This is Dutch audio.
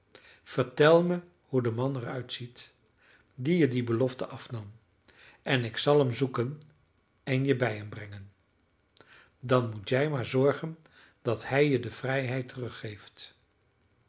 vertel me hoe de man er uitziet die je die belofte afnam en ik zal hem zoeken en je bij hem brengen dan moet jij maar zorgen dat hij je de vrijheid teruggeeft